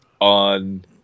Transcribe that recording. on